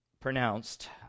pronounced